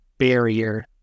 Barrier